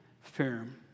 firm